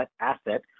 asset